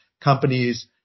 companies